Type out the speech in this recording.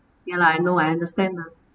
ya lah I know I understand lah